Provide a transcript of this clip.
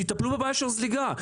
תטפלו בבעיה של זליגה.